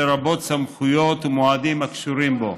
לרבות סמכויות ומועדים הקשורים בו.